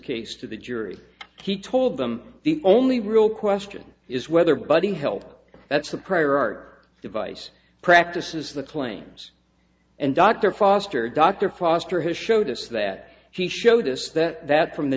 case to the jury he told them the only real question is whether buddy help that's a prior art device practices the claims and dr foster dr foster who showed us that he showed us that that from the